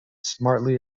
smartly